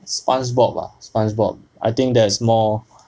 spongebob ah spongebob I think that is more